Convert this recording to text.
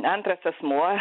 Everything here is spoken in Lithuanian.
antras asmuo